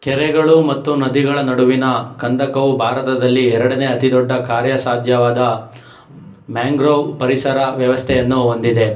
ಕೆರೆಗಳು ಮತ್ತು ನದಿಗಳ ನಡುವಿನ ಕಂದಕವು ಭಾರತದಲ್ಲಿ ಎರಡನೇ ಅತಿ ದೊಡ್ಡ ಕಾರ್ಯ ಸಾಧ್ಯವಾದ ಮ್ಯಾಂಗ್ರೋವ್ ಪರಿಸರ ವ್ಯವಸ್ಥೆಯನ್ನು ಹೊಂದಿದೆ